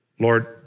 Lord